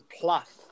plus